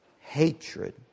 hatred